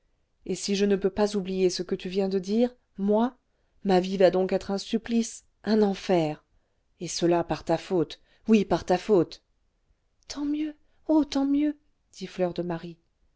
et si je ne peux pas oublier ce que tu viens de dire moi ma vie va donc être un supplice un enfer et cela par ta faute oui par ta faute tant mieux oh tant mieux dit